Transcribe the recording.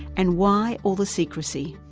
and why all the secrecy?